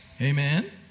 Amen